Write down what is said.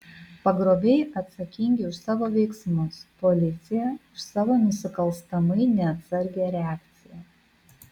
pagrobėjai atsakingi už savo veiksmus policija už savo nusikalstamai neatsargią reakciją